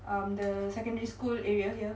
um the secondary school area here